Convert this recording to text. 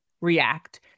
react